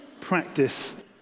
practice